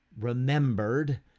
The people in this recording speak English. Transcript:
remembered